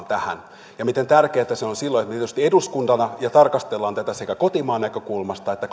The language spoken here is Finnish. tähän ja miten tärkeätä se on silloin että me tietysti eduskuntana tarkastelemme tätä sekä kotimaan näkökulmasta että